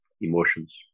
emotions